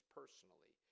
personally